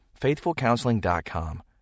FaithfulCounseling.com